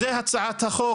זו הצעת החוק.